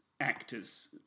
actors